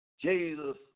Jesus